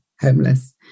homeless